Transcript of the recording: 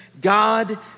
God